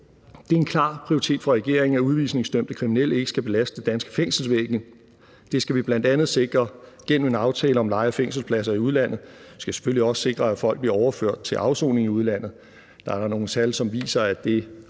Det er en klar prioritet for regeringen, at udvisningsdømte kriminelle ikke skal belaste det danske fængselsvæsen. Det skal vi bl.a. sikre gennem en aftale om leje af fængselspladser i udlandet. Vi skal selvfølgelig også sikre, at folk bliver overført til afsoning i udlandet. Der er nogle tal, som viser, at det